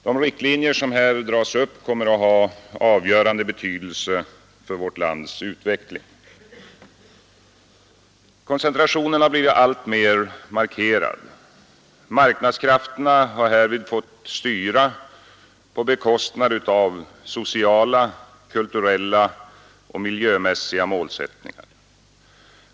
De riktlinjer som här dras upp kommer att ha avgörande betydelse för vårt lands utveckling. Koncentrationen har blivit alltmer markerad. Marknadskrafterna har härvid fått styra på bekostnad av sociala, kulturella och miljömässiga målsättningar.